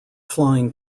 flying